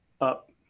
up